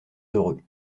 heureux